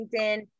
LinkedIn